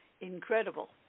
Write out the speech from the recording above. Incredible